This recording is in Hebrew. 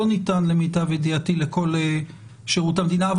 לא ניתן למיטב ידיעתי לכל שירות המדינה.